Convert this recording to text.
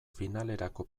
finalerako